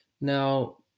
Now